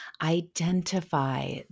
identify